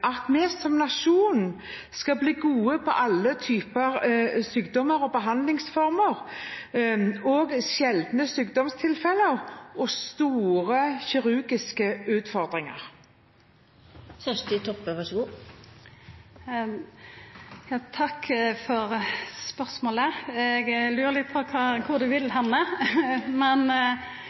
at vi som nasjon skal bli gode på alle typer sykdommer, behandlingsformer, sjeldne sykdomstilfeller og store kirurgiske utfordringer? Takk for spørsmålet. Eg lurer litt på kvar representanten vil hen, men